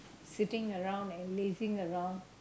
sitting around and lazing around